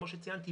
כמו שציינתי,